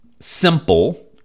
simple